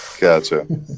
Gotcha